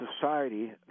society